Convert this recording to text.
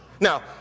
now